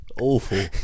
awful